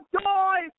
joy